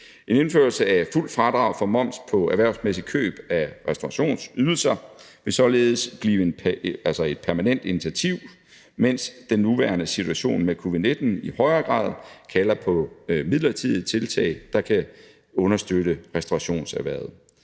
En indførelse af fuldt fradrag for moms på erhvervsmæssige køb af restaurationsydelser vil således blive et permanent initiativ, mens den nuværende situation med covid-19 i højere grad kalder på midlertidige tiltag, der kan understøtte restaurationserhvervet.